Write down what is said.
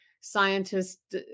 scientists